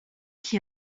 qui